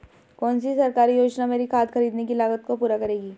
कौन सी सरकारी योजना मेरी खाद खरीदने की लागत को पूरा करेगी?